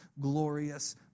glorious